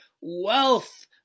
wealth